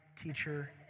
teacher